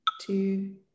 two